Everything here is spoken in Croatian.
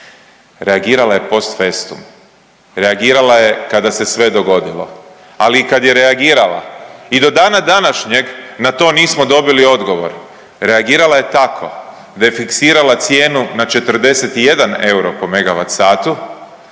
reagirala je post festum, reagirala je kada se sve dogodilo, ali i kad je reagirala i do dana današnjeg na to nismo dobili odgovor, reagirala je tako da je fiksirala cijenu na 41 euro po megavat satu,